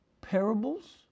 parables